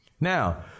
Now